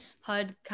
HUD